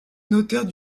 notaires